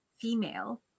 female